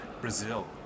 Brazil